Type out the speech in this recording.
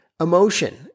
emotion